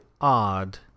odd